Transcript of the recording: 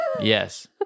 Yes